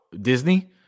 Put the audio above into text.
Disney